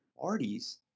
parties